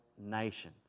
nation